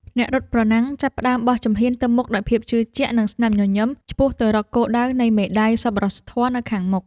អ្នករត់ប្រណាំងចាប់ផ្ដើមបោះជំហានទៅមុខដោយភាពជឿជាក់ និងស្នាមញញឹម ឆ្ពោះទៅរកគោលដៅនៃមេដាយសប្បុរសធម៌ដែលនៅខាងមុខ។